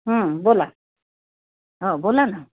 बोला हं बोला ना